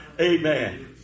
Amen